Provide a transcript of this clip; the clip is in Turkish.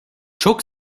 çok